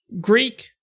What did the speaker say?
Greek